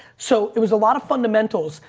so it was a lot of fundamentals.